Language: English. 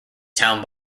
town